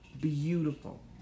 beautiful